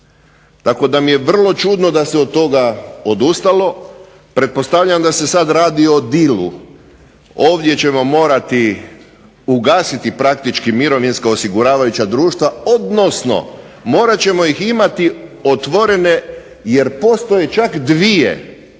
tako da mi je vrlo čudno da se od toga odustalo, pretpostavljam da se sad radi o dealu, ovdje ćemo morati ugasiti praktični mirovinska osiguravajuća društva odnosno morat ćemo ih imati otvorene jer postoje čak dvije